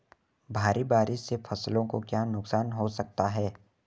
भारी बारिश से फसलों को क्या नुकसान हो सकता है?